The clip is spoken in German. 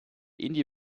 indie